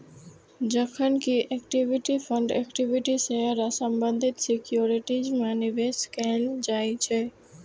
जखन कि equity fund equity share आ संबंधित सिक्योरिटीज मे निवेश कैल जाइ छै